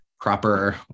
proper